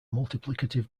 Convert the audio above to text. multiplicative